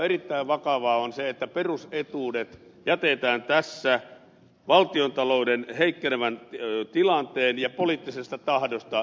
erittäin vakavaa on se että perusetuudet jätetään tässä valtiontalouden heikkenevästä tilanteesta ja poliittisesta tahdosta riippuvaisiksi